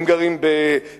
הם גרים בנווה-יעקב,